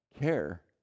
care